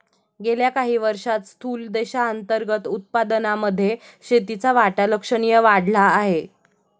गेल्या काही वर्षांत स्थूल देशांतर्गत उत्पादनामध्ये शेतीचा वाटा लक्षणीय वाढला आहे